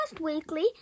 weekly